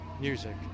music